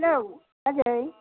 hello बाजै